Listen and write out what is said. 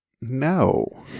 No